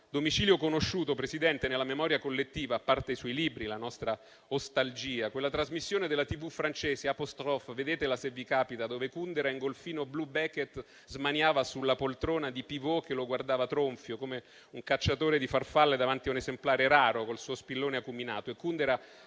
domicilio conosciuto, signor Presidente, nella memoria collettiva, a parte i suoi libri, la nostra "ostalgia", è quella trasmissione della televisione francese, *Apostrophes*. Recuperatela, se vi capita: Kundera in golfino blu e Beckett che smaniava sulla poltrona di Bernard Pivot, che lo guardava tronfio, come un cacciatore di farfalle davanti a un esemplare raro, col suo spillone acuminato.